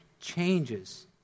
changes